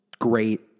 great